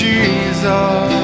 Jesus